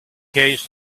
case